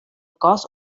cos